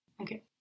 Okay